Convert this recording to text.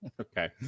Okay